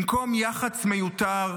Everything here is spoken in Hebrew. במקום יח"צ מיותר,